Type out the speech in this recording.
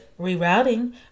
rerouting